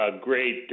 great